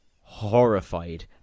horrified